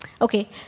Okay